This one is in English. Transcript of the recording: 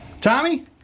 Tommy